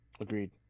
Agreed